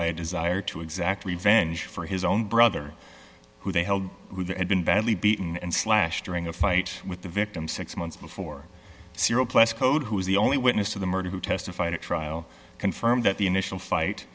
by a desire to exact revenge for his own brother who they held had been badly beaten and slashed during a fight with the victim six months before cyril pless code who was the only witness of the murder who testified at trial confirmed that the initial fight